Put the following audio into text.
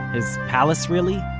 his palace really?